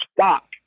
stop